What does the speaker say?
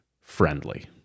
friendly